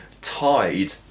tied